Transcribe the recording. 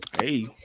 Hey